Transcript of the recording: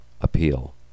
appeal